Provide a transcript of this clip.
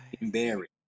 embarrassed